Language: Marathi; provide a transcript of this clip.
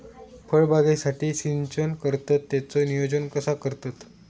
फळबागेसाठी सिंचन करतत त्याचो नियोजन कसो करतत?